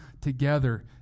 together